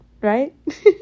right